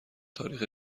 تاریخ